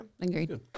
Agreed